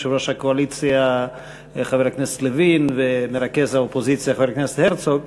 יושב-ראש הקואליציה חבר הכנסת לוין ומרכז האופוזיציה חבר הכנסת הרצוג,